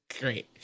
great